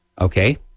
okay